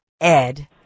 Ed